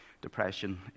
depression